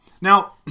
Now